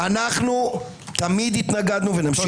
משפט אחרון: אנחנו תמיד התנגדנו ונמשיך